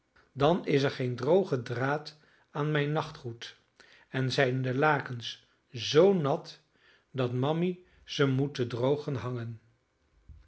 dan is er geen droge draad aan mijn nachtgoed en zijn de lakens zoo nat dat mammy ze moet te drogen hangen